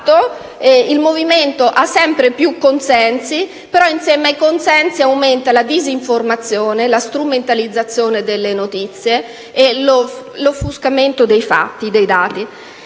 Il Movimento ha sempre più consensi, però insieme ad essi aumentano la disinformazione, la strumentalizzazione delle notizie e l'offuscamento dei fatti e dei dati.